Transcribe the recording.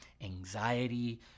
anxiety